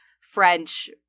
French